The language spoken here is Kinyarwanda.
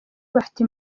bafite